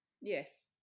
Yes